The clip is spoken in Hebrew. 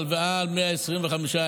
הלוואה על 125,000,